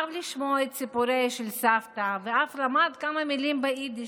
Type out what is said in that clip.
אהב לשמוע את סיפוריה של סבתא ואף למד כמה מילים ביידיש.